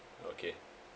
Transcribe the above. okay